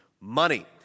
money